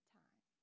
time